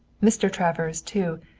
mr. travers, too,